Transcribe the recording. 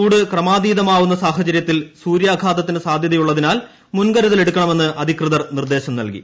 ചൂട് ക്രമാതീതമാവുന്ന സാഹചര്യത്തിൽ സൂര്യാഘാതത്തിന് സാധ്യതയുള്ളതിനാൽ മുൻകരുതലെടുക്കണമെന്ന് അധികൃതർ നിർദേശം നൽകി